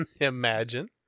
imagine